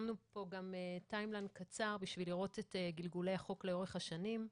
שמנו פה גם טיים-ליין קצר בשביל לראות את גלגולי החוק לאורך השנים: